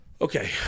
Okay